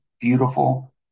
beautiful